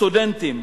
סטודנטים,